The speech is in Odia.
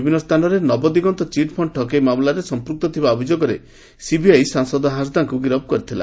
ବିଭିନ୍ନ ସ୍ଚାନରେ ନବଦିଗନ୍ନ ଚିଟ୍ଫଶ୍ଡ ଠକେଇ ମାମଲାରେ ସଂପୂକ୍ତ ଥିବା ଅଭିଯୋଗରେ ସିବିଆଇ ସାଂସଦ ହାଁସଦାଙ୍କୁ ଗିରଫ କରିଥିଲା